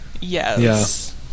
Yes